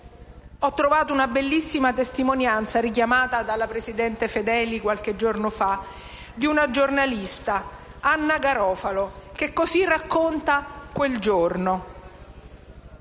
ho trovato una bellissima testimonianza, richiamata dalla presidente Fedeli qualche giorno fa, di una giornalista, Anna Garofalo, che così racconta quel giorno: